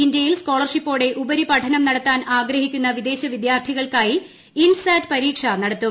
ഇന്ത്യയിൽ സ്കോളർഷിപ്പോടെ ഉപരിപഠനം നടത്താൻ ആഗ്രഹിക്കുന്ന വിദേശ വിദ്യാർത്ഥികൾക്കായി കചഉടഅഠ പരീക്ഷ നടത്തും